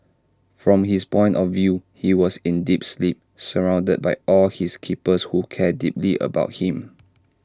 from his point of view he was in deep sleep surrounded by all his keepers who care deeply about him